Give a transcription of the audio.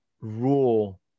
rule